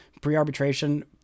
pre-arbitration